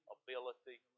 ability